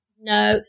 No